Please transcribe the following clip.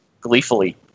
Gleefully